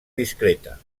discreta